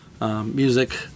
music